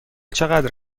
چقدر